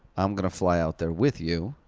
i'm gonna fly out there with you,